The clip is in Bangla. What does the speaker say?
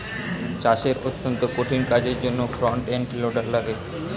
চাষের অত্যন্ত কঠিন কাজের জন্যে ফ্রন্ট এন্ড লোডার লাগে